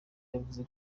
yavuze